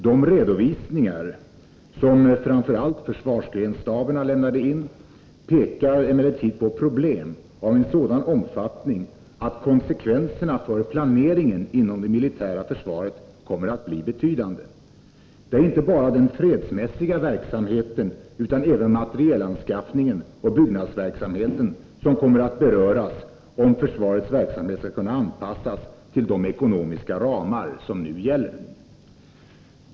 De redovisningar som framför allt försvarsgrensstaberna lämnade pekar emellertid på problem av en sådan omfattning att konsekvenserna för planeringen inom det militära försvaret kommer att bli betydande. Det är inte bara den fredsmässiga verksamheten utan även materielanskaffningen och byggverksamheten som kommer att beröras, om försvarets verksamhet skall kunna anpassas till de ekonomiska ramar som nu gäller.